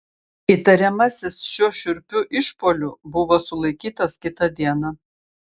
įtariamasis šiuo šiurpiu išpuoliu buvo sulaikytas kitą dieną